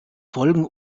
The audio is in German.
folgen